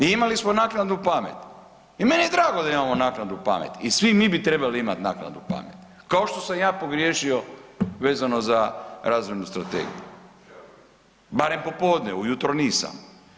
I imali smo naknadnu pamet i meni je drago da imamo naknadnu pamet i svi mi bi trebali imati naknadnu pamet kao što sam ja pogriješio vezano za razvojnu strategiju, barem popodne, ujutro nisam.